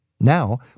Now